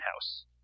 house